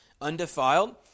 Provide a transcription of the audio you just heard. undefiled